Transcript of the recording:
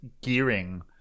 gearing